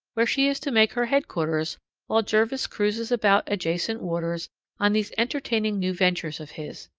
where she is to make her headquarters while jervis cruises about adjacent waters on these entertaining new ventures of his.